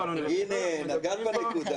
הנה, נגענו בנקודה.